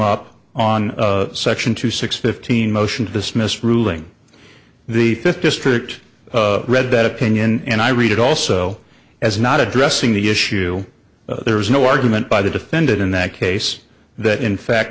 up on section two six fifteen motion to dismiss ruling the fifth district read that opinion and i read it also as not addressing the issue there is no argument by the defendant in that case that in fact